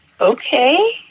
okay